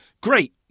great